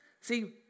See